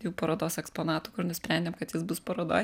jau parodos eksponatų kur nusprendėm kad jis bus parodoj